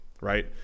right